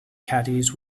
caddies